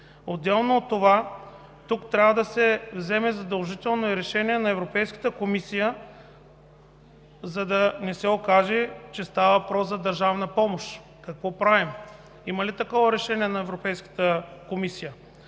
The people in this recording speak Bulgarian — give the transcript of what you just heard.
Отделно от това тук трябва да се вземе задължително и решение на Европейската комисия, за да не се окаже, че става въпрос за държавна помощ. Какво правим?! Има ли такова решение на Европейската комисия?